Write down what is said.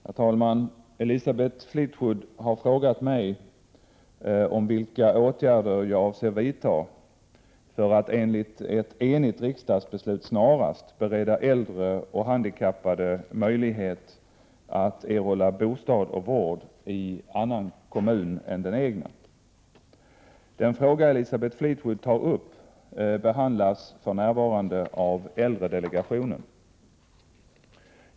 Herr talman! Elisabeth Fleetwood har frågat mig vilka åtgärder jag avser vidta för att enligt ett enigt riksdagsbeslut snarast bereda äldre och handikappade möjlighet att erhålla bostad och vård i annan kommun än den egna. Den fråga Elisabeth Fleetwood tar upp behandlas för närvarande av äldredelegationen.